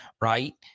right